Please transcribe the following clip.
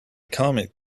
comet